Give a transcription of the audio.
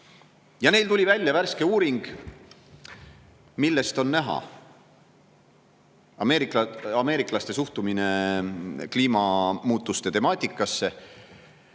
Neil tuli välja värske uuring, millest on näha ameeriklaste suhtumine kliimamuutuse temaatikasse.